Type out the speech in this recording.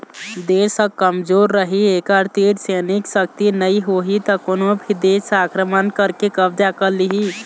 देश ह कमजोर रहि एखर तीर सैनिक सक्ति नइ होही त कोनो भी देस ह आक्रमण करके कब्जा कर लिहि